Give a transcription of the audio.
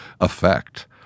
effect